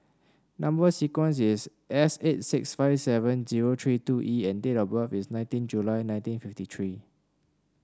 number sequence is S eight six five seven zero three two E and date of birth is nineteen July nineteen fifty three